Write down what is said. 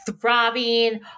throbbing